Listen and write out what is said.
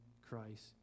Christ